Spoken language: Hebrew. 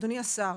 אדוני השר,